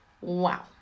Wow